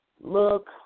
look